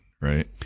right